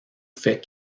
faits